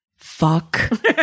fuck